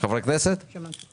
הכנסת שרוצה לדבר?